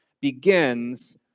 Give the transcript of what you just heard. begins